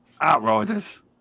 Outriders